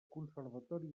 conservatori